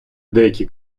деякі